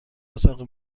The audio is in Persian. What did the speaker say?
اتاق